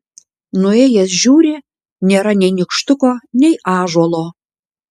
nuėjęs žiūri nėra nei nykštuko nei ąžuolo